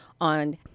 on